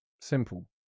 simple